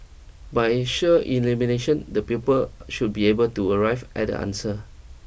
by sheer elimination the pupils should be able to arrive at the answer